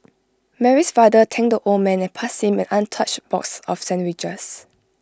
Mary's father thanked the old man and passed him an untouched box of sandwiches